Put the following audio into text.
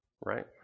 Right